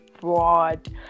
broad